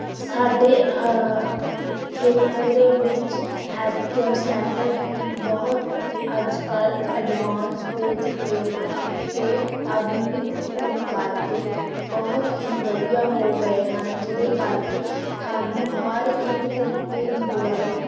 ਸਾਡੇ ਖੇਤਰ ਦੇ ਵਿੱਚ ਹੈਲਥ ਕੇਅਰ ਸੈਂਟਰ ਹੀ ਬਹੁਤ ਅੱਜ ਕੱਲ ਐਡਵਾਂਸ ਹੋ ਚੁੱਕੇ ਹਨ ਅਤੇ ਆਧੁਨਿਕ ਹੋਣ ਕਰਕੇ ਬਹੁਤ ਹੀ ਵਧੀਆ ਹੋ ਗਏ ਹਨ ਜਿਹਦੇ ਕਰਕੇ ਸਾਨੂੰ ਹਰ ਇੱਕ ਤਰੀਕੇ ਦੀ ਦਵਾਈ